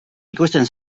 ikusten